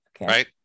Right